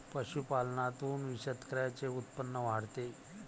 पशुपालनातून शेतकऱ्यांचे उत्पन्न वाढते